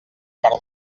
per